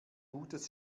gutes